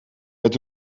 met